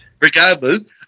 Regardless